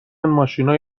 ماشینای